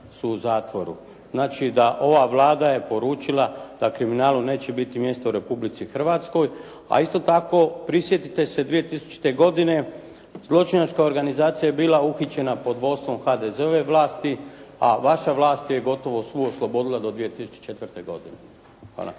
su u zatvoru. Znači da ova Vlada je poručila da kriminalu neće biti mjesta u Republici Hrvatskoj, a isto tako prisjetite se 2000. godine zločinačka organizacija je bila uhićena pod vodstvom HDZ-ove vlasti, a vaša vlast je ju gotovo svu oslobodila do 2004. godine. Hvala.